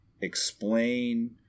explain